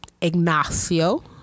Ignacio